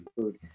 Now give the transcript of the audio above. food